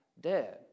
dead